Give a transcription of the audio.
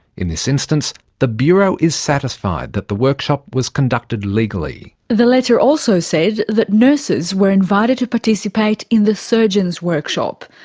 in this instance the bureau is satisfied that the workshop was conducted legally. the letter also said that nurses were invited to participate in the surgeon's workshop,